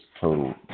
total